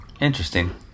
interesting